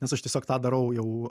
nes aš tiesiog tą darau jau